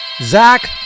Zach